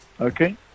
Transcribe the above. Okay